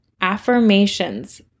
affirmations